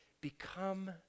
become